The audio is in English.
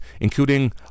including